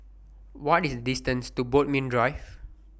What IS The distance to Bodmin Drive